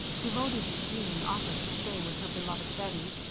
devoted jean offered to stay with her beloved bettie,